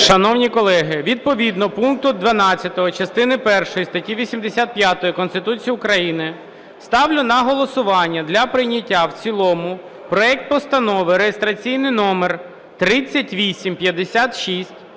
Шановні колеги, відповідно пункту 12 частини першої статті 85 Конституції України ставлю на голосування для прийняття в цілому проект Постанови (реєстраційний номер 3856)